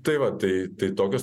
tai va tai tai tokios